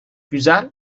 güzel